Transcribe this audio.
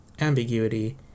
ambiguity